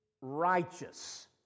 righteous